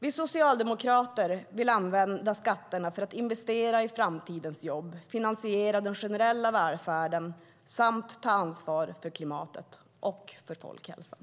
Vi socialdemokrater vill använda skatterna för att investera i framtidens jobb, finansiera den generella välfärden samt ta ansvar för klimatet och folkhälsan.